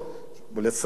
ולצערי הרב,